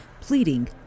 pleading